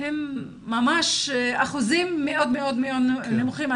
הם ממש אחוזים מאוד נמוכים.